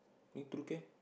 eh True Care